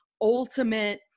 ultimate